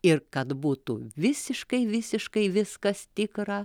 ir kad būtų visiškai visiškai viskas tikra